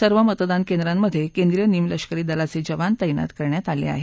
सर्व मतदान केंद्रांमधे केंद्रीय निम लष्करी दलाघे जवान तैनात करण्यात आले आहेत